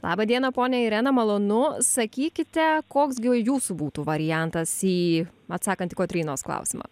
laba diena ponia irena malonu sakykite koks gi jūsų būtų variantas į atsakant į kotrynos klausimą